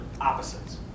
opposites